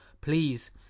Please